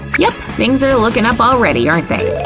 yep, things are looking up already, aren't they?